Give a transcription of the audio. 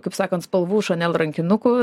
kaip sakant spalvų chanel rankinukų